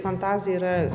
fantazija yra